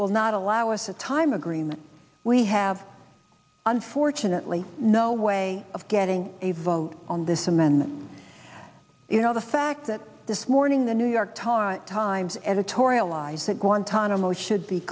will not allow us a time agreement we have unfortunately no way of getting a vote on this amendment you know the fact that this morning the new york times times editorial lies that guantanamo should be